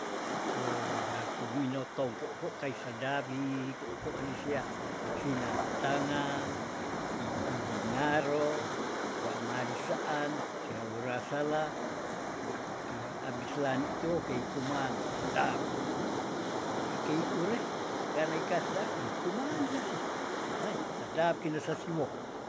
Oh yaku mino tongko ko kai sedap hi ko- ko nisea sinantangan, ih iginaro, sia marisean, sia worasalah woku ki abis lani tuokei kuman sedap, di kei ureh kanaika sedap ikuman kasih kanai sedap kinese siwoh situ.